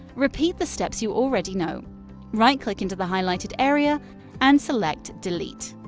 repeat the steps you already know right-click into the highlighted area and select delete.